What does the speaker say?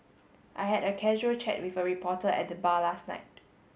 I had a casual chat with a reporter at the bar last night